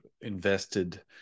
invested